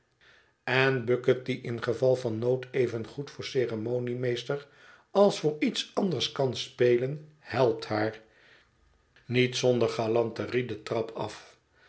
en bucket die in geval van nood evengoed voor ceremoniemeester als voor iets anders kan spelen helpt haar niet zonder galanterie de trap at